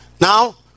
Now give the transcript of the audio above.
Now